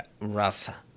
rough